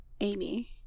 Amy